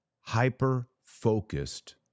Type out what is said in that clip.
hyper-focused